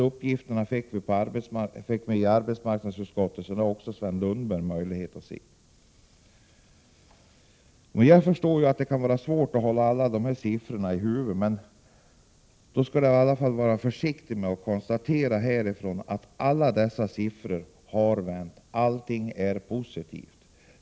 Uppgifterna har lämnats av arbetsmarknadsutskottet, så nu har också Sven Lundberg möjlighet att ta del av siffrorna. Jag förstår att det kan vara svårt att hålla alla siffror i minnet. Man skall i alla fall vara försiktig med orden — man konstaterar ju här att alla siffror har vänt, att allting är positivt.